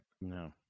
No